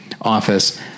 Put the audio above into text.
Office